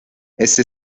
este